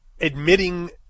admitting